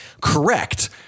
Correct